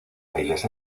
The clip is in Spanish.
bailes